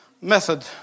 method